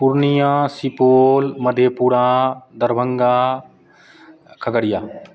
Purnia Supaul Madhepura Darbhanga Khagaria